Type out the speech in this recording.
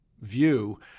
view